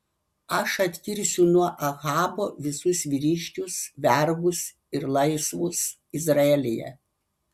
aš atkirsiu nuo ahabo visus vyriškius vergus ir laisvus izraelyje